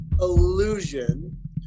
illusion